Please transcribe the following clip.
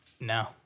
No